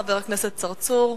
חבר הכנסת צרצור.